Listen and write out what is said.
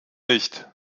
nicht